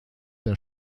der